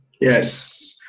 Yes